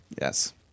Yes